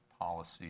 policy